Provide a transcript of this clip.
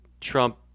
Trump